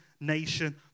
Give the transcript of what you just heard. nation